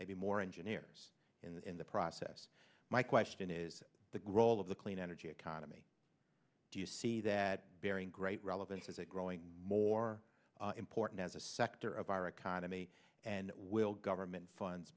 maybe more engineers in the process my question is the grohl of the clean energy economy do you see that bearing great relevance is it growing more important as a sector of our economy and will government funds